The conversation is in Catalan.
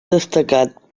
destacat